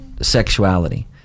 sexuality